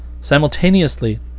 Simultaneously